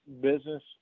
business